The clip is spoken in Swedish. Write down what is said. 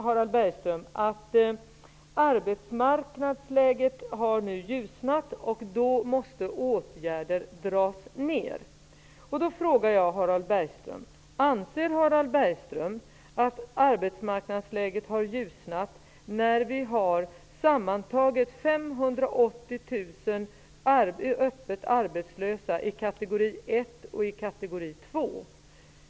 Harald Bergström sade också att arbetsmarknadsläget har ljusnat och att åtgärder då måste dras ned. Anser Harald Bergström att arbetsmarknadsläget har ljusnat när det finns sammanlagt 580 000 öppet arbetslösa i kategori ett och två.